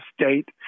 state